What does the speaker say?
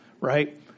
right